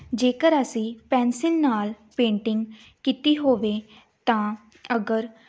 ਜੇਕਰ ਅਸੀਂ ਪੈਨਸਿਲ ਨਾਲ ਪੇਂਟਿੰਗ ਕੀਤੀ ਹੋਵੇ ਤਾਂ ਅਗਰ